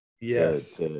Yes